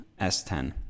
S10